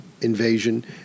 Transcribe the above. invasion